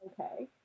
Okay